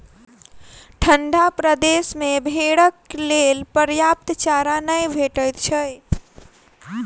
ठंढा प्रदेश मे भेंड़क लेल पर्याप्त चारा नै भेटैत छै